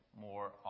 more